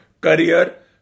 career